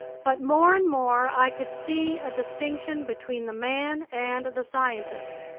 but more and more i could see a distinction between the man and the scientist.